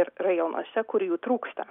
ir rajonuose kur jų trūksta